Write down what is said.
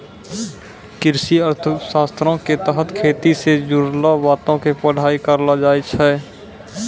कृषि अर्थशास्त्रो के तहत खेती से जुड़लो बातो के पढ़ाई करलो जाय छै